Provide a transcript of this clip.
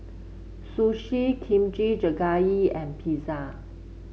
Sushi Kimchi Jjigae and Pizza